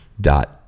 dot